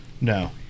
no